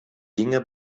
dinge